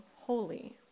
holy